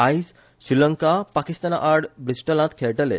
आयज श्रीलंका पाकिस्ताना आड ब्रिस्टलांत खेळटले